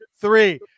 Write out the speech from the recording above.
three